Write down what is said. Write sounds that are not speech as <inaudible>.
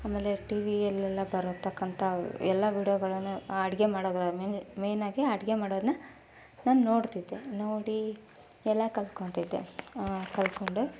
ಆಮೇಲೆ ಟಿವಿ ಅಲ್ಲೆಲ್ಲ ಬರತಕ್ಕಂಥ ಎಲ್ಲ ವೀಡಿಯೋಗಳನ್ನು ಅಡುಗೆ ಮಾಡೋದು <unintelligible> ಮೇನ್ ಆಗಿ ಅಡುಗೆ ಮಾಡೋದನ್ನ ನಾನು ನೋಡ್ತಿದ್ದೆ ನೋಡಿ ಎಲ್ಲ ಕಲ್ತ್ಕೊಂತಿದ್ದೆ ಕಲ್ತ್ಕೊಂಡೆ